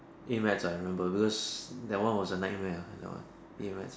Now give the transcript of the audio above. A maths ah I remember because that one was a nightmare ah that one A maths